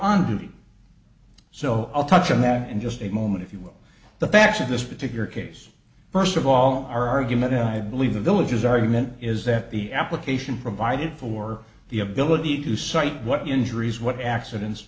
on duty so i'll touch on that in just a moment if you will the facts of this particular case first of all our argument i believe the villagers argument is that the application provided for the ability to cite what injuries what accidents